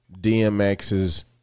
DMX's